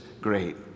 great